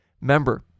member